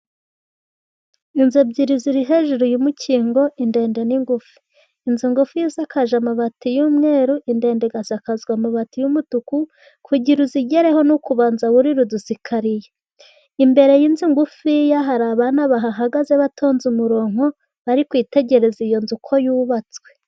Inzu ebyiri ziri hejuru y'umukingo, indende n'ingufi. Inzu ngufiya isakaje amabati y'umweru, indende igasakazwa amabati y'umutuku. Kugira ngo uzigereho ni ukubanza wurira udusikariye. Imbere y'inzu ngufiya, hari abana bahagaze batonze umurongo, bari kwitegereza iyo nzu uko yubatswe.